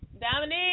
Dominique